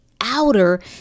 outer